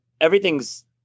Everything's